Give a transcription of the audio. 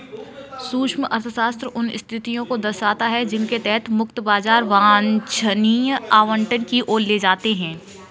सूक्ष्म अर्थशास्त्र उन स्थितियों को दर्शाता है जिनके तहत मुक्त बाजार वांछनीय आवंटन की ओर ले जाते हैं